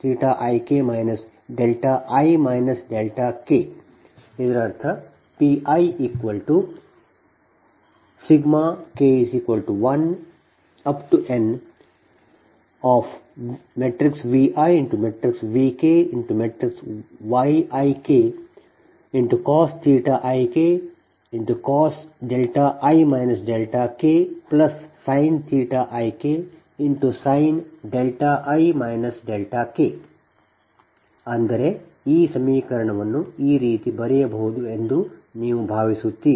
ಇದರರ್ಥPik1nViVkYikcos ik cos i k sin ik sin i k ಅಂದರೆ ಈ ಸಮೀಕರಣವನ್ನು ಈ ರೀತಿ ಬರೆಯಬಹುದು ಎಂದು ನೀವು ಭಾವಿಸುತ್ತೀರಿ